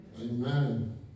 Amen